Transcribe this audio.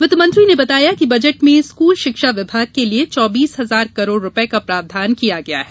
वित्त मंत्री ने बताया कि बजट में स्कूल शिक्षा विभाग के लिए चौबीस हजार करोड़ रुपये का प्रावधान किया गया है